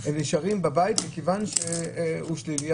הם נשארים בבית מכיוון שהוא שלילי,